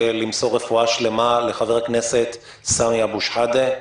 למסור רפואה שלמה לחבר הכנסת סמי אבו שחאדה,